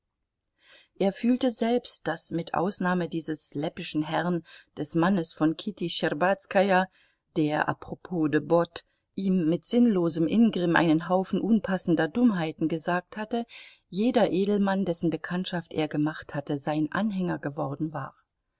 er fühlte selbst daß mit ausnahme dieses läppischen herrn des mannes von kitty schtscherbazkaja der propos de bottes ihm mit sinnlosem ingrimm einen haufen unpassender dummheiten gesagt hatte jeder edelmann dessen bekanntschaft er gemacht hatte sein anhänger geworden war